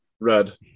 red